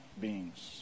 beings